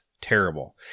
terrible